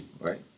right